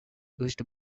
used